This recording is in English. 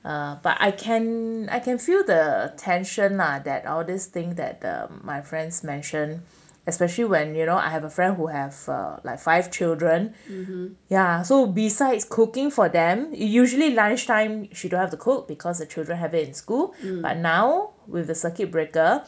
um but I can I can feel the tension lah that others think that my friends mention especially when you know I have a friend who have like five children yeah so besides cooking for them usually lunchtime she don't have to cook because the children have in school but now with the circuit breaker